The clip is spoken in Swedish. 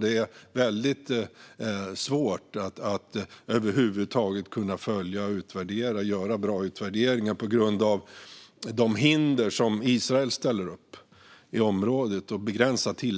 Det är väldigt svårt att över huvud taget kunna följa detta och göra bra utvärderingar på grund av de hinder som Israel ställer upp, som begränsar tillträdet